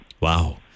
Wow